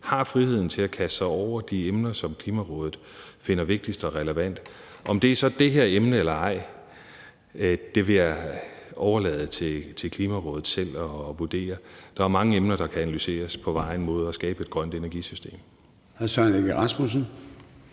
har friheden til at kaste sig over de emner, som Klimarådet finder vigtigst og relevant. Om det så er det her emne eller ej, vil jeg overlade til Klimarådets selv at vurdere. Der er mange emner, der kan analyseres på vejen mod at skabe et grønt energisystem.